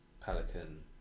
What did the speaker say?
Pelican